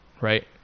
right